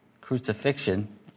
crucifixion